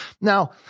Now